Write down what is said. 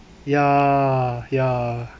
ya ya